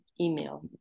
email